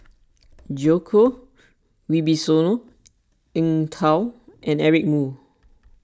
Djoko Wibisono Eng Tow and Eric Moo